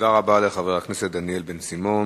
תודה רבה לחבר הכנסת דניאל בן-סימון.